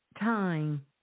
time